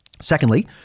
Secondly